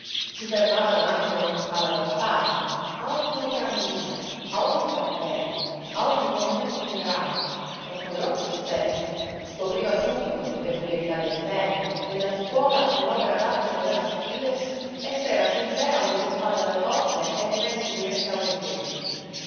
si fermava davanti a ogni pala d'altare a ogni opera musiva a ogni cappella a ogni monumento funerario e con l'occhio esperto scopriva subito le peculiarità del tempo della scuola a cui l'opera d'arte doveva ascriversi e se era sincera o deturpata da toppe e rimessi di restauri infelici